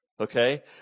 okay